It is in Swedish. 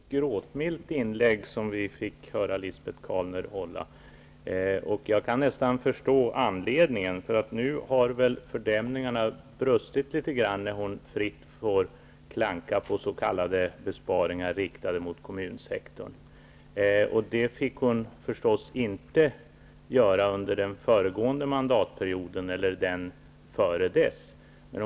Herr talman! Det var ett något gråtmilt inlägg som vi hörde Lisbet Calner hålla, och jag kan nästan förstå anledningen till det. Nu har väl fördämningarna brustit, när hon fritt får klanka på s.k. besparingar riktade mot kommunsektorn. Det fick hon naturligtvis inte göra under den föregående mandatperioden eller den dessförinnan.